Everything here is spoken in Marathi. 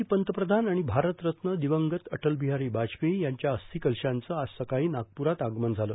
माजी पंतप्रधान आणि भारतरत्न दिवंगत अटलबिहारी वाजपेयी यांच्या अस्थिकलशांचं आज सकाळी नागपूरात आगमन झालं